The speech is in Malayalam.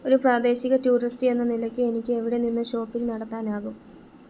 ഒരു പ്രാദേശിക ടൂറിസ്റ്റ് എന്ന നിലയ്ക്ക് എനിക്ക് എവിടെ നിന്ന് ഷോപ്പിംഗ് നടത്താനാകും